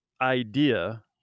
idea